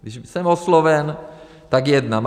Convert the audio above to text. Když jsem osloven, tak jednám.